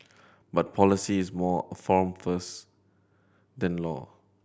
but policy is more amorphous than law